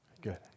Good